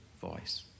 voice